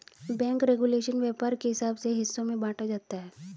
bank regulation व्यापार के हिसाब से हिस्सों में बांटा जाता है